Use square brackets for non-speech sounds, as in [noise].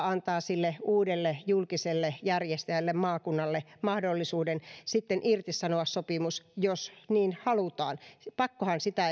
[unintelligible] antaa sille uudelle julkiselle järjestäjälle maakunnalle mahdollisuuden sitten irtisanoa sopimus jos niin halutaan pakkohan sitä [unintelligible]